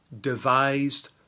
devised